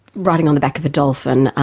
riding on the back of a dolphin,